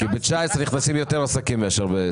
כי ב-2019 נכנסים יותר עסקים מאשר ב-2020.